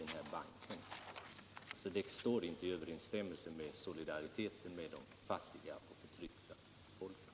Ett medlemskap står således inte i överensstämmelse med solidariteten med de fattiga och förtryckta folken.